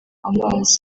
amazi